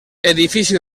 edifici